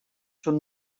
són